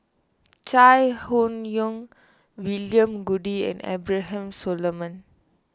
Chai Hon Yoong William Goode and Abraham Solomon